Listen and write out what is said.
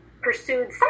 pursued